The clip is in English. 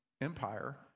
Empire